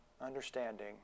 understanding